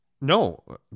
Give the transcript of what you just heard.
No